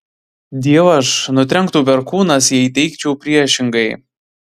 dievaž nutrenktų perkūnas jei teigčiau priešingai